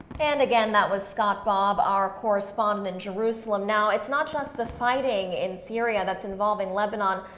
and again, that was scott bobb our correspondent in jerusalem. now, it's not just the fighting in syria that's involving lebanon.